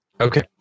okay